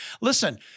Listen